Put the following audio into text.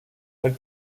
elle